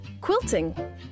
quilting